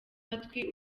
amatwi